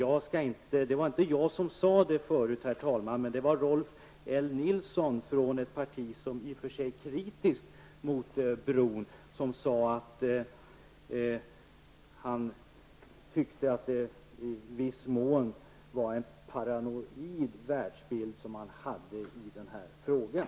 Rolf L Nilson, som representerar ett parti som i och för sig är kritiskt mot bron, sade tidigare att det i viss mån var en paranoid världsbild som man hade i den här frågan.